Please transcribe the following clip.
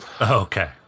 Okay